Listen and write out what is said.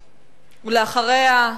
אחריה,